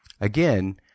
Again